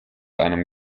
einem